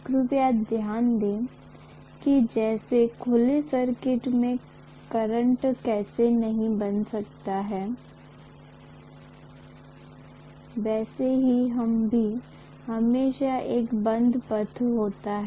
कृपया ध्यान दें कि जैसे खुले सर्किट में करंट कैसे नहीं बह सकता है वैसे ही यह भी हमेशा एक बंद पथ होता है